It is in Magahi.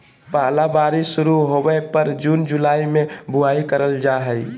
पहला बारिश शुरू होबय पर जून जुलाई में बुआई करल जाय हइ